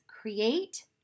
create